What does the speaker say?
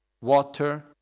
water